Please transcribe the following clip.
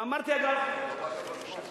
אמרתי, לא באת בזמן,